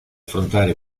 affrontare